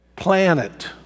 planet